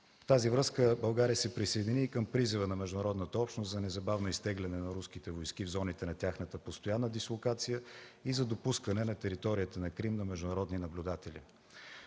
с това България се присъедини и към призива на международната общност за незабавно изтегляне на руските войски в зоните на тяхната постоянна дислокация и за допускане на територията на Крим на международни наблюдатели.